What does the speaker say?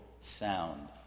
sound